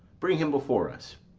bring him before us.